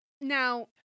Now